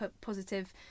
positive